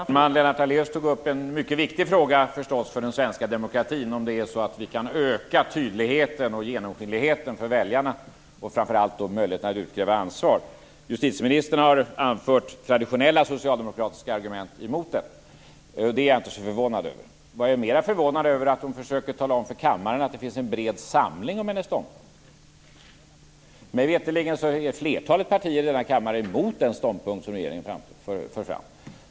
Fru talman! Lennart Daléus tog upp en mycket viktig fråga för den svenska demokratin. Kan vi öka tydligheten och genomskinligheten för väljarna och framför allt möjligheten att utkräva ansvar? Justitieministern har anfört traditionella socialdemokratiska argument emot detta. Det är jag inte så förvånad över. Vad jag är mer förvånad över är att hon försöker tala om för kammaren att det finns en bred samling om hennes ståndpunkt. Mig veterligen är flertalet partier i denna kammare emot den ståndpunkt som regeringen för fram.